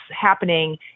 happening